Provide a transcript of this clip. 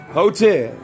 hotel